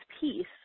peace